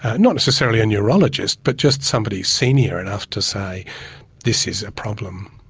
ah not necessarily a neurologist but just somebody senior enough to say this is a problem.